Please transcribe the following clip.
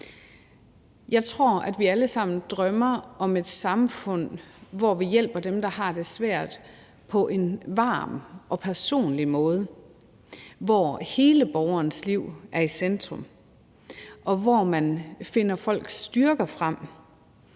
Jeg tror, at vi alle sammen drømmer om et samfund, hvor vi hjælper dem, der har det svært, på en varm og personlig måde, hvor hele borgerens liv er i centrum, og hvor man finder folks styrker frem,